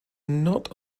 not